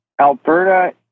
Alberta